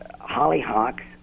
hollyhocks